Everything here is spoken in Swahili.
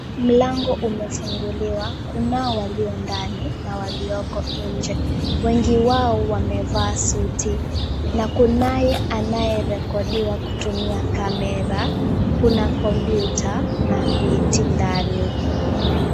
Mlango umefunguliwa, kunao walio ndani na walioko nje. Wengi wao wamevaa suti na kunaye anayerekodiwa kutumia kamera. Kuna kompyuta na viti ndani.